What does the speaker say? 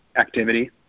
activity